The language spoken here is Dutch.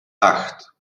acht